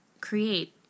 create